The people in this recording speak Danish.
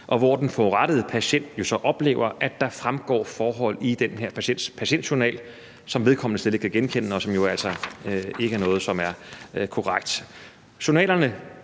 og hvor den forurettede patient så oplever, at der fremgår forhold i ens patientjournal, som vedkommende slet ikke kan genkende, og som jo altså ikke er noget, som er korrekt. Journalerne